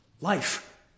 Life